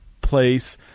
place